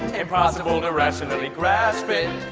and possible to rationally grasp it.